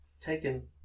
taken